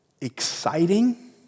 exciting